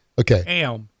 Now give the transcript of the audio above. okay